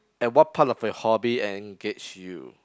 and what part of your hobby engage you